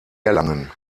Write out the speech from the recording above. erlangen